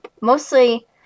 Mostly